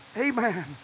Amen